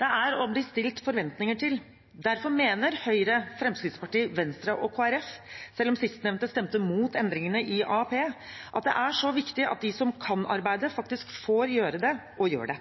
Det er å bli stilt forventninger til. Derfor mener Høyre, Fremskrittspartiet, Venstre og Kristelig Folkeparti, selv om sistnevnte stemte imot endringene i AAP, at det er så viktig at de som kan arbeide, faktisk får gjøre det – og gjør det.